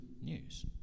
news